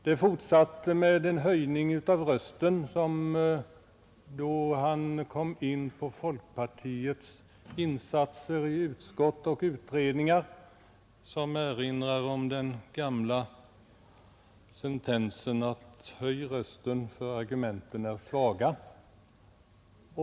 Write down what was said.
Det fortsatte med en höjning av rösten — då han kom in på folkpartiets insatser i utskott och utredningar — som erinrade om det kända knepet: Höj rösten; argumenten är svaga.